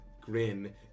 grin